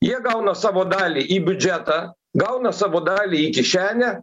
jie gauna savo dalį į biudžetą gauna savo dalį į kišenę